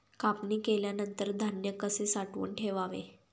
कापणी केल्यानंतर धान्य कसे साठवून ठेवावे?